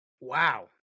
Wow